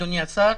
אדוני השר,